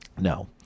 No